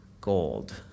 gold